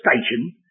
station